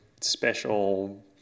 special